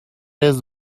his